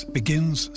begins